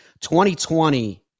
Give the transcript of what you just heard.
2020